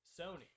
Sony